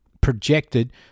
projected